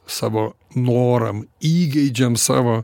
savo noram įgeidžiam savo